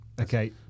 okay